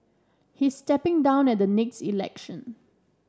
he is stepping down at the next election